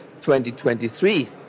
2023